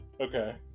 Okay